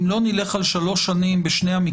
נכון.